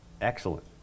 Excellent